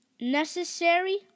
necessary